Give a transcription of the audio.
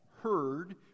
heard